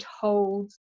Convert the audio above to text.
told